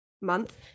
month